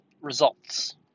Results